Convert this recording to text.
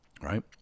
right